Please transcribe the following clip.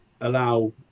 allow